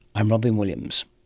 i'm robyn williams